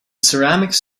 ceramics